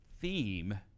theme